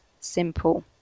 simple